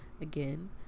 again